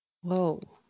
Whoa